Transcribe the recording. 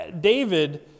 David